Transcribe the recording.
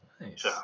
Nice